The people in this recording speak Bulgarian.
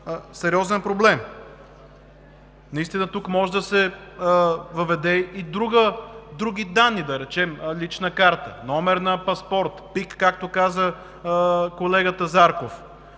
сериозен проблем и тук може да се въведат и други данни, да кажем: лична карта, номер на паспорт, ПИК, както каза колегата Зарков.